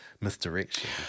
misdirection